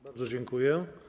Bardzo dziękuję.